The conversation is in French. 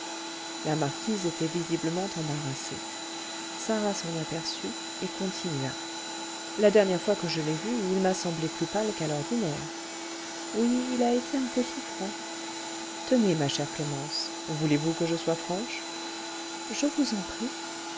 la marquise était visiblement embarrassée sarah s'en aperçut et continua la dernière fois que je l'ai vu il m'a semblé plus pâle qu'à l'ordinaire oui il a été un peu souffrant tenez ma chère clémence voulez-vous que je sois franche je vous en prie